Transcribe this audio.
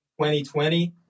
2020